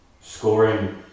scoring